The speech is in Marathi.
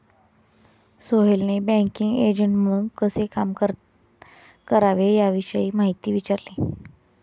सोहेलने बँकिंग एजंट म्हणून कसे काम करावे याविषयी माहिती विचारली